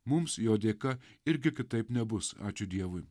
mums jo dėka irgi kitaip nebus ačiū dievui